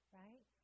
right